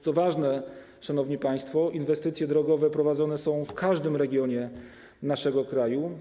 Co ważne, szanowni państwo, inwestycje drogowe prowadzone są w każdym regionie naszego kraju.